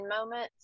moments